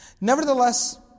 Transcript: Nevertheless